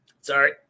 Sorry